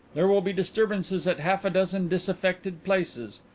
there will be disturbances at half-a-dozen disaffected places,